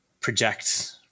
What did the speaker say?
project